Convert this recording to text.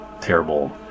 terrible